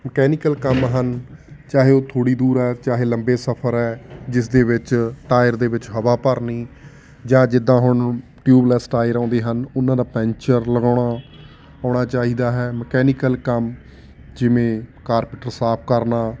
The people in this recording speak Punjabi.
ਮਕੈਨੀਕਲ ਕੰਮ ਹਨ ਚਾਹੇ ਉਹ ਥੋੜ੍ਹੀ ਦੂਰ ਆ ਚਾਹੇ ਲੰਬੇ ਸਫ਼ਰ ਹੈ ਜਿਸ ਦੇ ਵਿੱਚ ਟਾਇਰ ਦੇ ਵਿੱਚ ਹਵਾ ਭਰਨੀ ਜਾਂ ਜਿੱਦਾਂ ਹੁਣ ਟਿਊਬਲੈਸ ਟਾਇਰ ਆਉਂਦੇ ਹਨ ਉਹਨਾਂ ਦਾ ਪੈਂਚਰ ਲਗਾਉਣਾ ਆਉਣਾ ਚਾਹੀਦਾ ਹੈ ਮਕੈਨੀਕਲ ਕੰਮ ਜਿਵੇਂ ਕਾਰਪੇਟਰ ਸਾਫ਼ ਕਰਨਾ